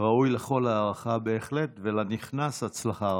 שראוי לכל הערכה, בהחלט, ולנכנס, הצלחה רבה.